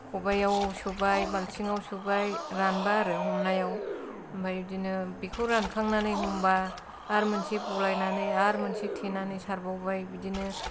खबायाव सोबाय बाल्थिंआव सोबाय रानबा आरो हमनायाव ओमफाय बिदिनो बेखौ रानखांनानै हमबा आरो मोनसे गलायनानै आरो मोनसे थेनानै सारबावबाय बिदिनो